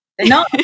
No